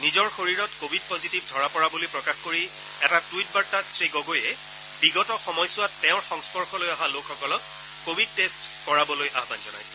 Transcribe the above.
নিজৰ শৰীৰত covid positive ধৰা পৰা বুলি প্ৰকাশ কৰি এটা টুইট বাৰ্তাত শ্ৰীগগৈয়ে বিগত সময়ছোৱাত তেওঁৰ সংস্পৰ্শলৈ অহা লোকসকলক কোৱিড টেষ্ট কৰিবলৈ আহ্বান জনাইছে